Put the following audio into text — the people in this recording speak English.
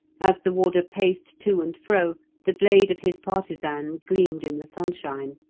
as the warder paced to and fro the blade of his partisan gleamed in the sunshine.